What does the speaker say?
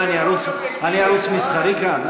מה, אני ערוץ מסחרי כאן?